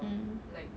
mm